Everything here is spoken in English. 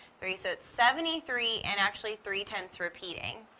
three. so, it's seventy-three and actually three-tenths repeating,